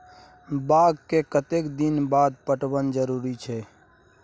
बाग के कतेक दिन के बाद पटवन जरूरी छै?